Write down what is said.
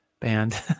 band